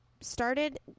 started